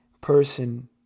person